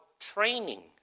training